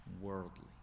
worldly